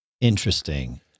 Interesting